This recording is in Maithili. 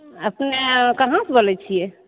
अपने कहाँसॅं बोलै छियै